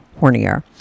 hornier